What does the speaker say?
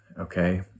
okay